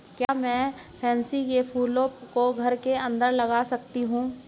क्या मैं पैंसी कै फूलों को घर के अंदर लगा सकती हूं?